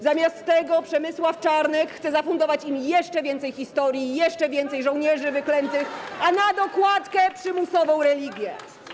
Zamiast tego Przemysław Czarnek chce zafundować im jeszcze więcej historii i jeszcze więcej żołnierzy wyklętych, a na dokładkę przymusową religię.